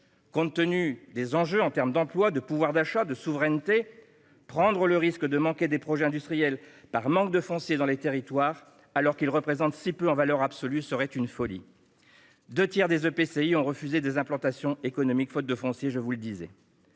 Compte tenu des enjeux en matière d'emploi, de pouvoir d'achat et de souveraineté, prendre le risque de passer à côté de projets industriels par manque de foncier dans les territoires, alors qu'ils représentent si peu d'hectares en valeur absolue, serait une folie. Or deux tiers des EPCI ont refusé des implantations économiques faute de foncier ! Le nouvel article